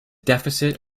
deficit